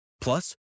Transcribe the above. Plus